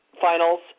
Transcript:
finals